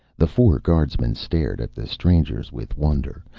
the four guardsmen stared at the strangers with wonder,